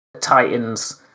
titans